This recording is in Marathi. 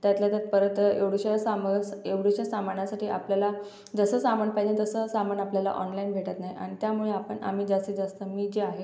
त्यातल्या त्यात परत एवढूशा साम एवढूशा सामानासाठी आपल्याला जसं सामान पाहिजे तसं सामान आपल्याला ऑनलाईन भेटत नाही आणि त्यामुळे आपण आम्ही जास्तीत जास्त मी जे आहे